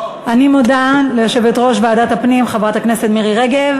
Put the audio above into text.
אני מודה ליושבת-ראש ועדת הפנים חברת הכנסת מירי רגב.